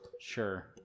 Sure